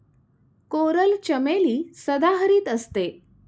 coral चमेली सदाहरित असते